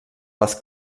les